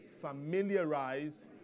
familiarize